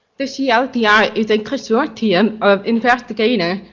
the cldr is a consortium of investigators,